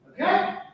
Okay